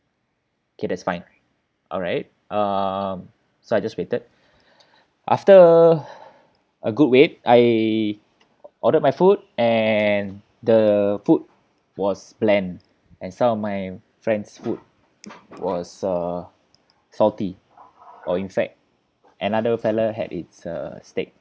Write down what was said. okay that's fine alright um so I just waited after a good wait I ordered my food and the food was bland and some of my friend's food was uh salty or in fact another fellow had his uh steak